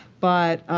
but